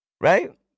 right